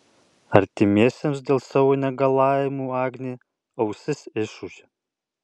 artimiesiems dėl savo negalavimų agnė ausis išūžia